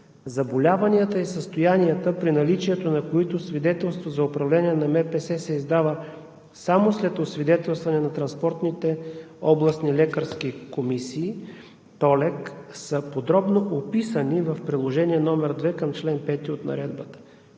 Заболяванията и състоянията, при наличието на които свидетелство за управление на МПС се издава само след освидетелстване на транспортните областни лекарски експертни комисии – ТОЛЕК, са подробно описани в Приложение № 2 към чл. 5 от Наредбата.